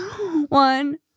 One